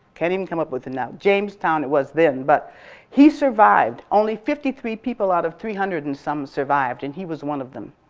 can't um come up with it and now. jamestown was then, but he survived. only fifty three people out of three hundred and some survived and he was one of them.